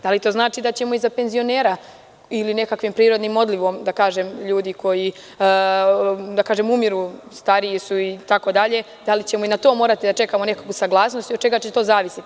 Da li to znači da ćemo i za penzionera, ili nekakvim prirodnim odlivom ljudi koji umiru, stariji su, itd, da li ćemo i na to morati da čekamo nekakvu saglasnost i od čega će to zavisiti?